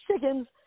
chickens